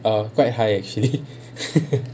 err quite high actually